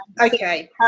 okay